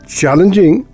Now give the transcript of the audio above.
challenging